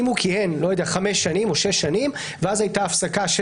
אם הוא כיהן חמש שנים או שש שנים ואז היתה הפסקה,